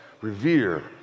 Revere